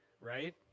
right